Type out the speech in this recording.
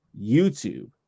YouTube